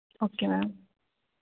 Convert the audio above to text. okay ma'am